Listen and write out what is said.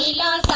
la